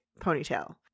ponytail